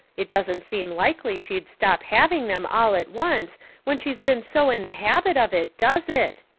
it doesn't seem likely she'd stop having them all at once when she's been so in the habit of it, does it?